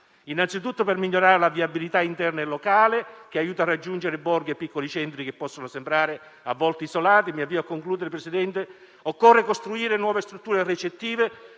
innanzitutto per migliorare la viabilità interna e locale, che aiuta a raggiungere borghi e piccoli centri che possono sembrare a volte isolati. Occorre costruire nuove strutture ricettive,